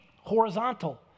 horizontal